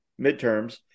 midterms